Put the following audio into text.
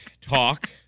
talk